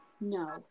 No